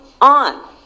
on